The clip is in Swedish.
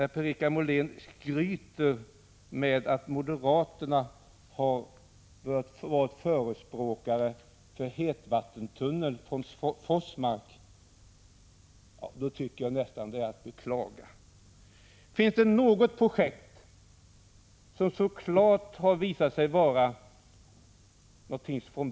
Att Per-Richard Molén skryter med att moderaterna har varit förespråkare för en hetvattentunnel från Forsmark tycker jag nästan är att beklaga. Finns det något projekt som så klart från början varit dödsdömt?